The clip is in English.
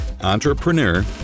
Entrepreneur